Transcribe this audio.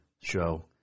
Show